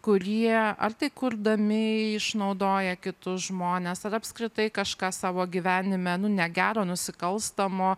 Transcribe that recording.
kurie ar tai kurdami išnaudoja kitus žmones ar apskritai kažką savo gyvenime nu negero nusikalstamo